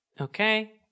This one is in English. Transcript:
okay